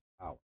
power